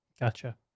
Gotcha